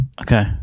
Okay